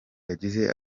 yagize